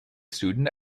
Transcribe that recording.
student